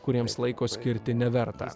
kuriems laiko skirti neverta